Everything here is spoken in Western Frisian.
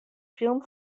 film